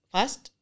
First